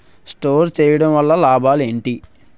Store చేయడం వల్ల లాభాలు ఏంటి?